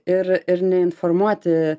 ir ir neinformuoti